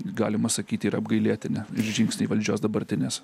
galima sakyt yra apgailėtini žingsniai valdžios dabartinės